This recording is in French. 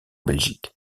belgique